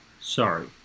sorry